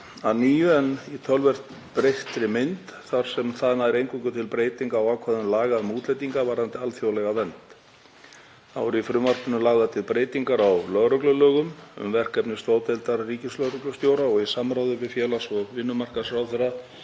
að nýju en í töluvert breyttri mynd þar sem það nær eingöngu til breytinga á ákvæðum laga um útlendinga varðandi alþjóðlega vernd. Þá eru í frumvarpinu lagðar til breytingar á lögreglulögum um verkefni stoðdeildar ríkislögreglustjóra og í samráði við félags- og vinnumarkaðsráðherra